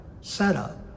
setup